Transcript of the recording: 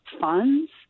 funds